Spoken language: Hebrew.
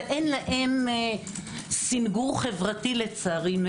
ואין להם סנגור חברתי לצערי.